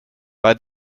bei